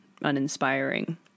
uninspiring